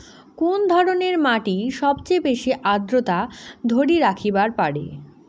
কুন ধরনের মাটি সবচেয়ে বেশি আর্দ্রতা ধরি রাখিবার পারে?